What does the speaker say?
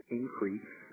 increase